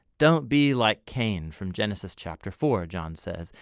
don't be like cain from genesis chapter four, john says,